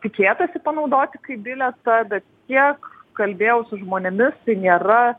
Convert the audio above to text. tikėtasi panaudoti kaip bilietą bet kiek kalbėjau su žmonėmis tai nėra